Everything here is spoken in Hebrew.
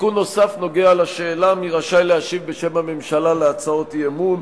תיקון נוסף נוגע לשאלה מי רשאי להשיב בשם הממשלה על הצעות אי-אמון.